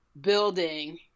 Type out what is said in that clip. building